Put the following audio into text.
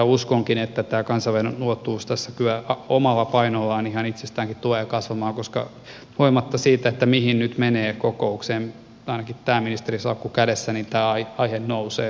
uskonkin että tämä kansainvälinen ulottuvuus tässä kyllä omalla painollaan ihan itsestäänkin tulee kasvamaan koska huolimatta siitä mihin nyt menee kokoukseen ainakin tämä ministerinsalkku kädessä tämä aihe nousee esiin